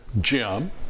Jim